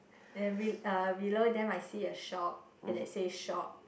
every uh below them I see a shop and that say shop